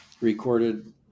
recorded